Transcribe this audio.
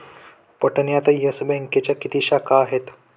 पाटण्यात येस बँकेच्या किती शाखा आहेत?